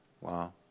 Wow